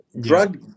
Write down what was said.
Drug